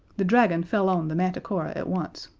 the dragon fell on the manticora at once,